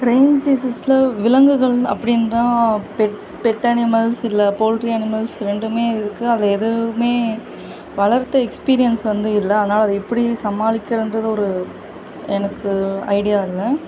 ரைன்சீசஸ்ல விலங்குகள் அப்படின்னுதான் pet pet animals இல்லை போல்ட்ரி அனிமல்ஸ் ரெண்டுமே இருக்குது அதில் எதுவுமே வளர்த்த எக்ஸ்பீரியன்ஸ் வந்து இல்லை அதனால் அதை எப்படி சமாளிக்கணுன்றதை ஒரு எனக்கு ஐடியா இல்லை